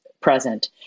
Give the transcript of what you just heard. present